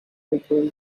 liberal